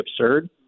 absurd